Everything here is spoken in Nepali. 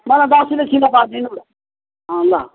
मलाई दस रुप्पे किलो गरिदिनु ल